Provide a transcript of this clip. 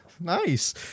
Nice